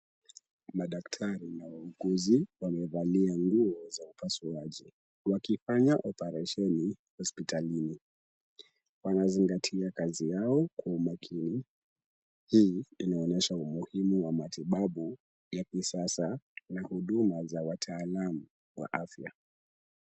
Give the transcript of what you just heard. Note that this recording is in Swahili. Madaktari na wauguzi wamevalia nguo za upasuaji wakifanya oparesheni hospitalini. Wanazingatia kazi yao kwa umakini. Hii inaonyesha umuhimu ya matibabu ya kisasa na huduma za wataalamu wa afya.